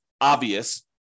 obvious